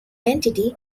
entity